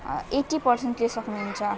eighty पर्सेन्टले सक्नुहुन्छ